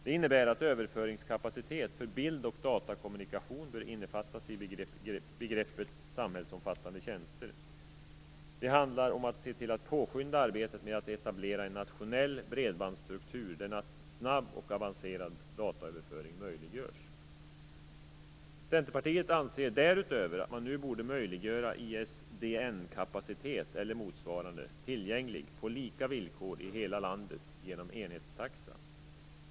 Det innebär att överföringskapacitet för bildoch datakommunikation bör innefattas i begreppet samhällsomfattande tjänster. Det handlar om att se till att påskynda arbetet med att etablera en nationell bredbandsstruktur, där snabb och avancerad dataöverföring möjliggörs. Centerpartiet anser därutöver att man nu borde möjliggöra att ISDN-kapacitet eller motsvarande blir tillgänglig på lika villkor i hela landet genom enhetstaxa.